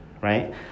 right